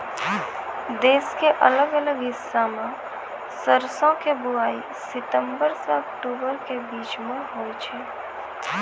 देश के अलग अलग हिस्सा मॅ सरसों के बुआई सितंबर सॅ अक्टूबर के बीच मॅ होय छै